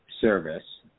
service